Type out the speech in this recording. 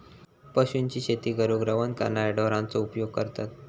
पशूंची शेती करूक रवंथ करणाऱ्या ढोरांचो उपयोग करतत